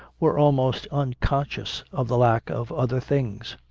were almost unconscious of the lack of other things.